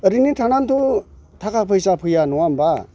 ओरैनो थानानैथ' थाखा फैसा फैया नङा होनबा